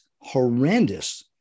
horrendous